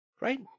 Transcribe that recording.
right